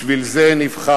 בשביל זה נבחרת.